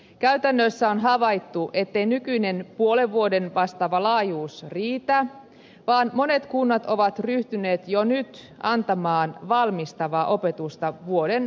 käytännössä on havaittu ettei nykyinen puolen vuoden vastaava laajuus riitä vaan monet kunnat ovat ryhtyneet jo nyt antamaan valmistavaa opetusta vuoden mittaisena